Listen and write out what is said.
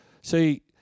See